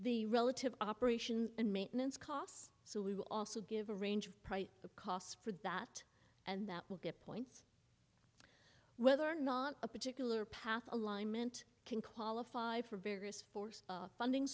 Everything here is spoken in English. the relative operations and maintenance costs so we will also give a range of price cost for that and that will get points whether or not a particular path alignment can qualify for various forced funding